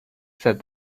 said